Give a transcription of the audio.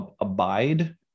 abide